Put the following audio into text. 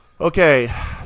Okay